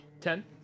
Ten